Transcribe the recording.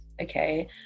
okay